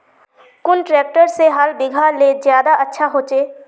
कुन ट्रैक्टर से हाल बिगहा ले ज्यादा अच्छा होचए?